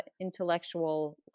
intellectual